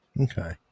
Okay